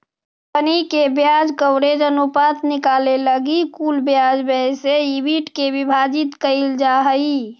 company के ब्याज coverage अनुपात के निकाले लगी कुल ब्याज व्यय से ईबिट के विभाजित कईल जा हई